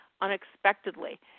unexpectedly